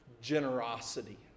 generosity